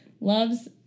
loves